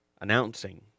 Announcing